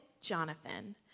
Jonathan